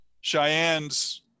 Cheyenne's